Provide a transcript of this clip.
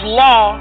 law